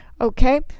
Okay